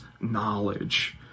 knowledge